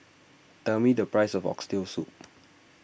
tell me the price of Oxtail Soup